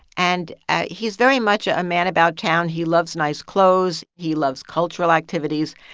and he's very much a man about town. he loves nice clothes. he loves cultural activities.